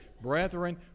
Brethren